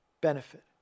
benefit